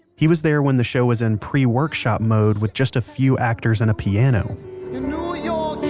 he was there when the show was in pre-workshop mode with just a few actors and a piano you know yeah ah